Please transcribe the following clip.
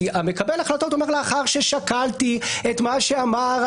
כי מקבל ההחלטות אומר: לאחר ששקלתי את מה שאמרה